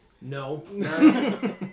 No